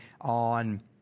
on